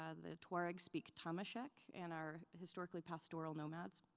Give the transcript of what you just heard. ah the tuaregs speak tamasheq and are historically pastoral nomads.